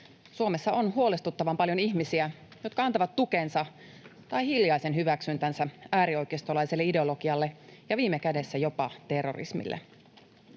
Suomessa on huolestuttavan paljon ihmisiä, jotka antavat tukensa tai hiljaisen hyväksyntänsä äärioikeistolaiselle ideologialle ja viime kädessä jopa terrorismille.